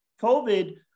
COVID